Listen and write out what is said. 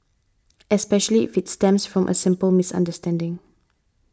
especially if it stems from a simple misunderstanding